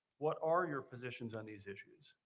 what are your positions on these issues?